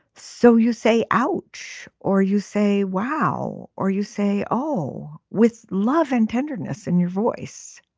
so you say ouch or you say wow or you say oh with love and tenderness in your voice